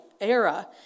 era